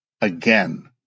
again